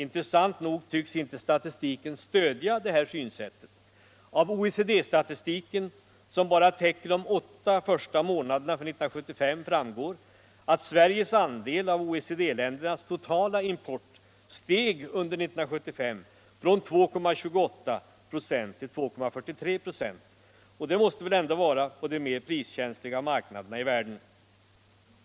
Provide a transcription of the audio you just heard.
Intressant nog tycks inte statistiken stödja det här synsättet. Av OECD statistiken, som bara täcker de åtta första månaderna av 1975, framgår att Sveriges andel av OECD-ländernas totala import steg under 1975 från 2,28 ". till 2,43 ",, och detta måste väl vara på de mer priskänsliga marknaderna i världen.